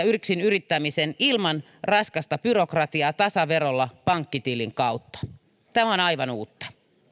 yksinyrittämisen ilman raskasta byrokratiaa tasaverolla pankkitilin kautta tämä on aivan uutta